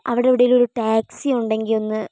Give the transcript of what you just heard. അവിടവിടെ ഉള്ളൊരു ടാക്സി ഉണ്ടെങ്കിൽ ഒന്ന്